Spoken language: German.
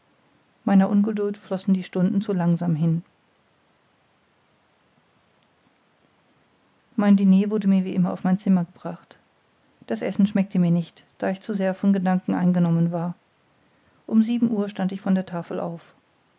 meiner ungeduld flossen die stunden zu langsam hin mein diner wurde mir wie immer auf mein zimmer gebracht das essen schmeckte mir nicht da ich zu sehr von gedanken eingenommen war um sieben uhr stand ich von der tafel auf